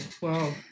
Wow